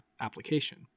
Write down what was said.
application